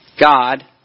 God